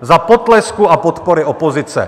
za potlesku a podpory opozice.